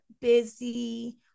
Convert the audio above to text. busy